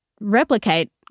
replicate